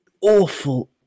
awful